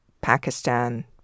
Pakistan